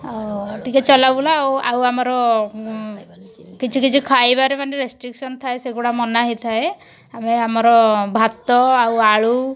ଆଉ ଟିକେ ଚଲା ବୋଲା ଆଉ ଆଉ ଆମର କିଛି କିଛି ଖାଇବାରେ ମାନେ ରେଷ୍ଟ୍ରିକ୍ସନ୍ ଥାଏ ସେଗୁଡ଼ା ମନା ହେଇଥାଏ ଆମେ ଆମର ଭାତ ଆଉ ଆଳୁ